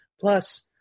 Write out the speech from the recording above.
Plus